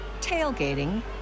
tailgating